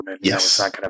Yes